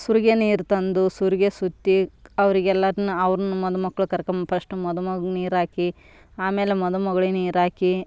ಸುರಿಗೆ ನೀರು ತಂದು ಸುರಿಗೆ ಸುತ್ತಿ ಅವ್ರಿಗೆಲ್ಲರನ್ನ ಅವ್ರನ್ನ ಮದುಮಕ್ಳು ಕರ್ಕೊ ಫಸ್ಟ್ ಮದುಮಗಂಗೆ ನೀರು ಹಾಕಿ ಆಮೇಲೆ ಮದು ಮಗಳಿಗ್ ನೀರು ಹಾಕಿ